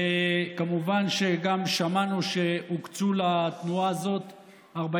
וכמובן שגם שמענו שהוקצו לתנועה הזאת 40